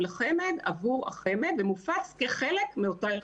לחמ"ד עבור החמ"ד ומופץ כחלק מאותה ערכה.